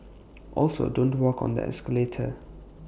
also don't walk on the escalator